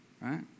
Right